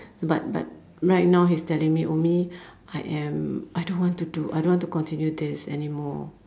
but but right now he's telling me ummi I am I don't want to do I don't want to continue this anymore